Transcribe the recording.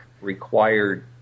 required